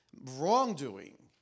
wrongdoing